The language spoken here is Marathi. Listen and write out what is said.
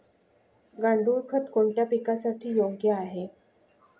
गांडूळ खत कोणत्या पिकासाठी योग्य आहे?